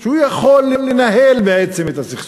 שהוא יכול לנהל בעצם את הסכסוך,